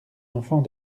enfant